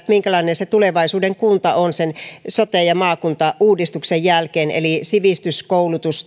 minkälainen se tulevaisuuden kunta on sote ja maakuntauudistuksen jälkeen eli sivistys koulutus